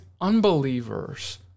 unbelievers